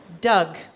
Doug